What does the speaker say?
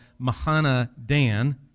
Mahana-Dan